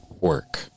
work